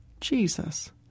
Jesus